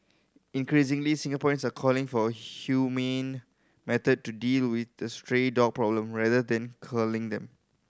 increasingly Singaporeans are calling for humane method to deal with the stray dog problem rather than culling them